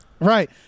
Right